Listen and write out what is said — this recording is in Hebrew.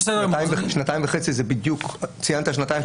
ציינת שנתיים,